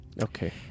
Okay